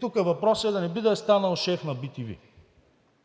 Тук въпросът е: да не би да е станал шеф на bTV?